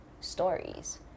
stories